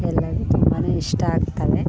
ಎಲ್ಲದು ತುಂಬ ಇಷ್ಟ ಆಗ್ತವೆ